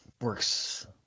works